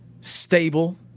stable